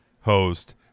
host